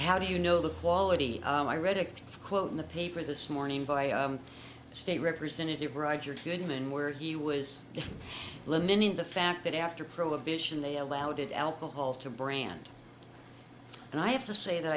how do you know the quality i read a quote in the paper this morning by state representative roger goodman where he was lamenting the fact that after prohibition they allowed alcohol to brand and i have to say that